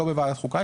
לא בוועדת חוקה,